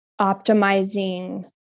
optimizing